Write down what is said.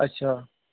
अच्छा